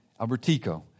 Albertico